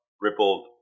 rippled